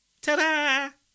Ta-da